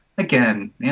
again